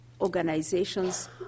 organizations